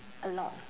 a lot